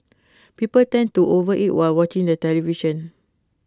people tend to overeat while watching the television